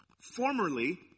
Formerly